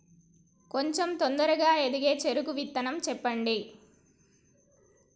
కొంచం తొందరగా ఎదిగే చెరుకు విత్తనం చెప్పండి?